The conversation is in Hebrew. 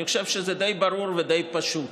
אני חושב שזה די ברור ודי פשוט.